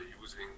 using